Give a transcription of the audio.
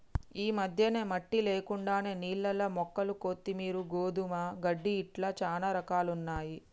ఈ మధ్యన మట్టి లేకుండానే నీళ్లల్ల మొక్కలు కొత్తిమీరు, గోధుమ గడ్డి ఇట్లా చానా రకాలున్నయ్యి